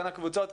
בין הקבוצות,